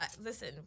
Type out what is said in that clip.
Listen